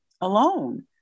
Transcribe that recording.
alone